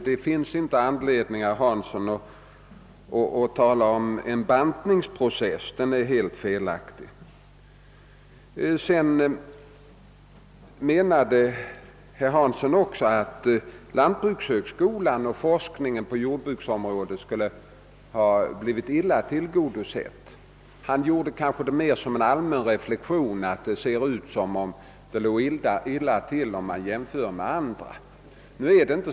Det finns ingen anledning, herr Hansson i Skegrie, att tala om bantning. Sedan menade herr Hansson i Skegrie också att lantbrukshögskolan och forskningen på jordbruksområdet skulle ha blivit illa tillgodosedda. Han sade, kanske mer som en allmän reflexion, att det såg ut som om det låg illa till om man jämförde med andra områden.